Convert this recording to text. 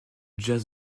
jazz